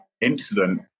incident